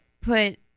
put